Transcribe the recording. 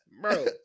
Bro